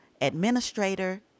administrator